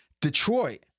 Detroit